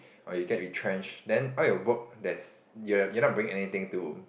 or you get retrenched then all your work that's you're you're not bringing anything to